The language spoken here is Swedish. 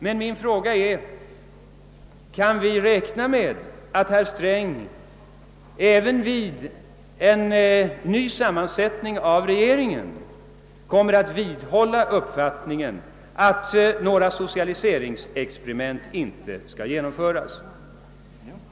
Men min fråga är: Kan vi räkna med att herr Sträng även vid en ny sammansättning av regeringen kommer att vidhålla uppfattningen att några = socialiseringsexperiment inte skall genomföras?